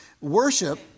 Worship